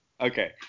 okay